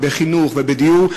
ובחינוך ובדיור.